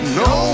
no